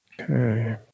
Okay